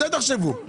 תחשבו גם על זה.